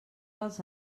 els